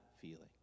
feeling